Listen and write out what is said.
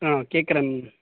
கேக்கறேன் மேம்